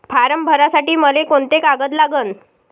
Form भरासाठी मले कोंते कागद लागन?